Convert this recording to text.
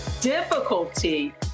difficulty